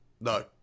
No